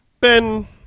Ben